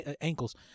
ankles